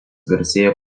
garsėja